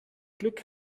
glück